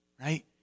right